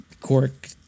Cork